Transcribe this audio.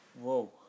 Whoa